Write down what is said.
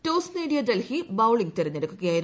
toss നേടിയ Delhi bowling തെരഞ്ഞെടുക്കുകയായിരുന്നു